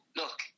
look